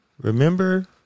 Remember